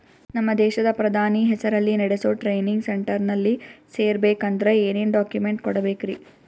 ನಮ್ಮ ದೇಶದ ಪ್ರಧಾನಿ ಹೆಸರಲ್ಲಿ ನೆಡಸೋ ಟ್ರೈನಿಂಗ್ ಸೆಂಟರ್ನಲ್ಲಿ ಸೇರ್ಬೇಕಂದ್ರ ಏನೇನ್ ಡಾಕ್ಯುಮೆಂಟ್ ಕೊಡಬೇಕ್ರಿ?